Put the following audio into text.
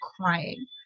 crying